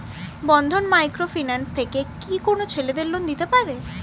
বন্ধন micro finance থেকে কি কোন ছেলেদের লোন দিতে পারে?